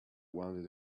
wanted